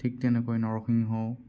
ঠিক তেনেকৈ নৰসিংহও